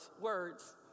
words